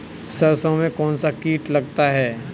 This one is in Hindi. सरसों में कौनसा कीट लगता है?